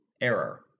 error